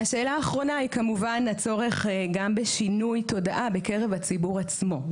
והשאלה האחרונה היא כמובן הצורך גם בשינוי תודעה בקרב הציבור עצמו.